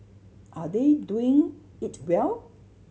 are they doing it well